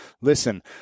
Listen